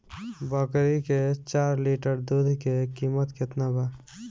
बकरी के चार लीटर दुध के किमत केतना बा?